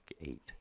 eight